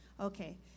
Okay